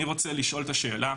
אני רוצה לשאול את השאלה,